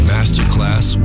Masterclass